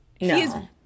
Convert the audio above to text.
No